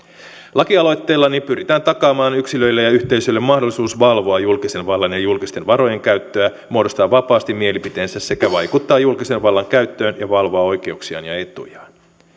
lakialoitteellani pyritään takaamaan yksilöille ja yhteisöille mahdollisuus valvoa julkisen vallan ja julkisten varojen käyttöä muodostaa vapaasti mielipiteensä sekä vaikuttaa julkisen vallan käyttöön ja valvoa oikeuksiaan ja etujaan